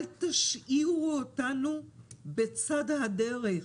אל תשאירו אותנו בצד הדרך,